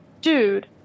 Dude